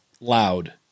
loud